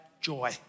Joy